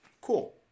Cool